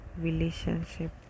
relationship